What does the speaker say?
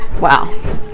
Wow